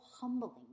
humbling